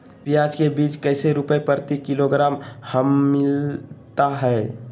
प्याज के बीज कैसे रुपए प्रति किलोग्राम हमिलता हैं?